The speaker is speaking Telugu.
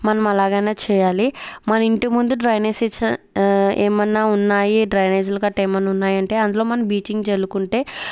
మనం అలాగనే చేయాలి మన ఇంటి ముందు డ్రైనేజ్ సిస్టం ఏమన్నా ఉన్నాయి డ్రైనేజీలు కట్ట ఏమైనా ఉన్నాయి అంటే అందులో మనం బ్లీచింగ్ చల్లుకుంటే